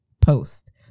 post